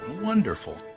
Wonderful